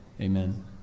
Amen